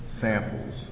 samples